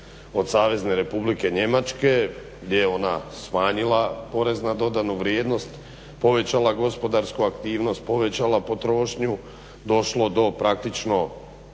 od Savezne Republike Njemačke gdje je ona smanjila PDV, povećala gospodarsku aktivnost, povećala potrošnju, došlo do praktičnog